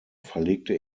verlegte